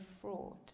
fraud